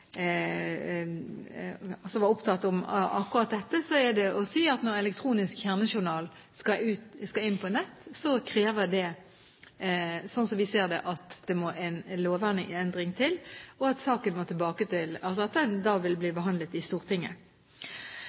som var opptatt av akkurat dette, er det å si at når elektronisk kjernejournal skal inn på nett, krever det, slik som vi ser det, en lovendring, og saken vil da bli behandlet i Stortinget.